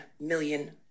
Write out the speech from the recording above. million